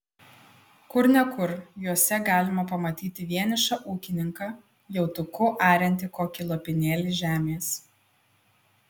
kur ne kur juose galima pamatyti vienišą ūkininką jautuku ariantį kokį lopinėlį žemės